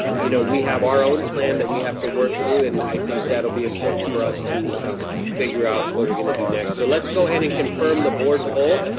you know, we have our own plan that we have to work through, and i think that'll be important for us to figure out what we're gonna do next. so let's go ahead and confirm the board poll.